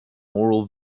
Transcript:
moral